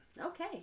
Okay